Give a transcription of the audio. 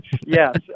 Yes